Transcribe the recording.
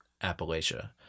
Appalachia